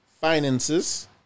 finances